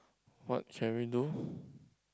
what can we do